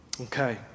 Okay